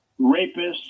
rapists